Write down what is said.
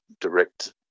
direct